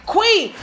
Queen